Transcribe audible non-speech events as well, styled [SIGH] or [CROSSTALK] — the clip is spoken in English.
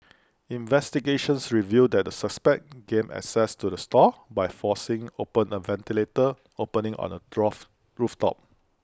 investigations revealed that the suspects gained access to the stall by forcing open A ventilator opening on the [UNINTELLIGIBLE] roof top